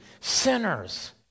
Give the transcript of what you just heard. sinners